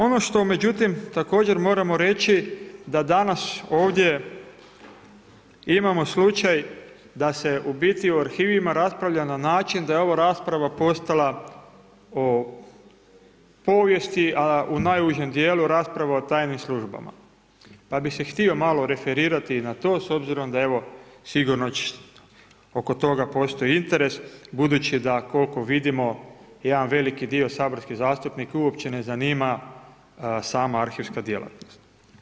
Ono što međutim također moramo reći da danas ovdje imamo slučaj da se u biti o arhivima raspravlja na način da je ova rasprava postala o povijesti, a u najužem dijelu rasprava o tajnim službama, pa bih se htio malo referirati i na to s obzirom da evo sigurno oko toga postoji interes, budući da koliko vidimo jedan veliki dio saborskih zastupnika uopće ne zanima sama arhivska djelatnost.